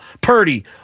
Purdy